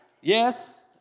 yes